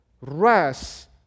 rest